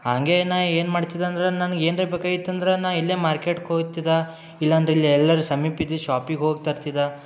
ಹಾಗೆ ಇನ್ನೂ ಏನು ಮಾಡ್ತಿದ್ದಂದ್ರೆ ನನ್ಗೆ ಏನ್ರ ಬೇಕಾಗಿತ್ತಂದ್ರೆ ನಾನು ಇಲ್ಲೇ ಮಾರ್ಕೆಟ್ಗೆ ಹೋಗ್ತಿದ ಇಲ್ಲಾಂದ್ರೆ ಇಲ್ಲಿ ಎಲ್ಲಾದ್ರು ಸಮೀಪ ಇದ್ದಿದ್ದ ಶಾಪಿಗೆ ಹೋಗಿ ತರ್ತಿದ್ದೆ